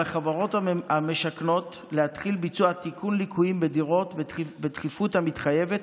על החברות המשכנות להתחיל ביצוע תיקון ליקויים בדירות בדחיפות המתחייבת,